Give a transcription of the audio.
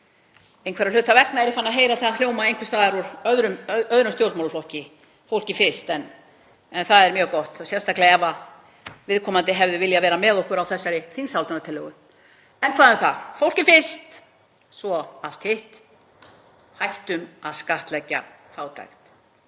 Einhverra hluta vegna er ég farin að heyra það hljóma einhvers staðar úr öðrum stjórnmálaflokki, fólkið fyrst, en það er mjög gott og sérstaklega ef viðkomandi hefðu viljað vera með okkur á þessari þingsályktunartillögu. En hvað um það, fólkið fyrst, svo allt hitt — hættum að skattleggja fátækt.